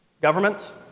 government